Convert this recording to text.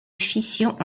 fission